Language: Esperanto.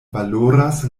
valoras